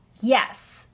Yes